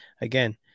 again